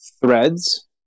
threads